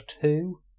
two